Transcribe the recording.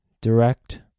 Direct